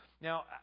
Now